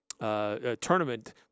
tournament